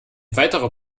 weiterer